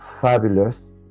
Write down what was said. fabulous